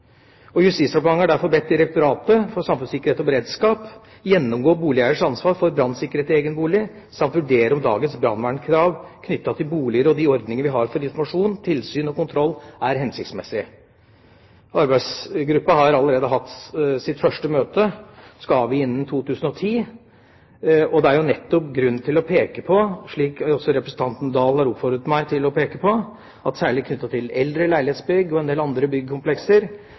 brann. Justisdepartementet har derfor bedt Direktoratet for samfunnssikkerhet og beredskap gjennomgå boligeieres ansvar for brannsikkerhet i egen bolig samt vurdere om dagens brannvernkrav knyttet til boliger og de ordninger vi har for informasjon, tilsyn og kontroll, er hensiktsmessige. Arbeidsgruppa har allerede hatt sitt første møte og skal avgi sin rapport innen 2010. Det er nettopp grunn til å peke på – som representanten Dahl også har oppfordret meg til å gjøre – at særlig knyttet til eldre leilighetsbygg og andre byggkomplekser